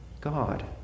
God